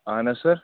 اَہَن حظ سَر